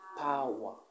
power